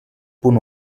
punt